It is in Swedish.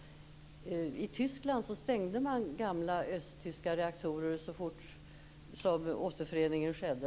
I Tyskland stängde man gamla östtyska reaktorer så fort som återföreningen skedde.